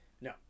No